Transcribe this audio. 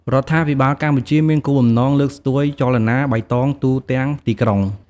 រដ្ឋាភិបាលកម្ពុជាមានគោលបំណងលើកស្ទួយចលនាបៃតងទូទាំងទីក្រុង។